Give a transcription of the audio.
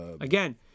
Again